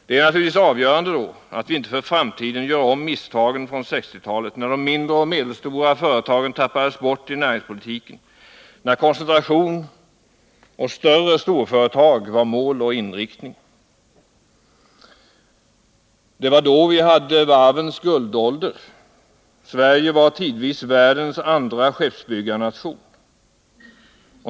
Det är då naturligtvis avgörande att vi inte för framtiden gör om misstagen från 1960-talet, när de mindre och medelstora företagen tappades bort i näringspolitiken, när koncentration och större storföretag var mål och inriktning. Det var då våra varv hade sin guldålder. Sverige var tidvis världens andra skeppsbyggarnation.